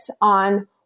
on